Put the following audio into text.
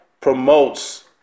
promotes